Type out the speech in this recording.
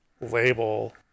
label